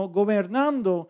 gobernando